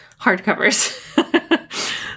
hardcovers